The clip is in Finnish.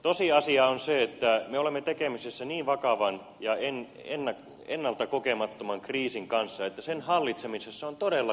tosiasia on se että me olemme tekemisissä niin vakavan ja ennalta kokemattoman kriisin kanssa että sen hallitsemisessa on todellakin tekemistä